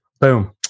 Boom